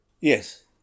Yes